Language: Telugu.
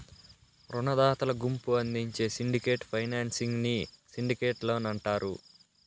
రునదాతల గుంపు అందించే సిండికేట్ ఫైనాన్సింగ్ ని సిండికేట్ లోన్ అంటారు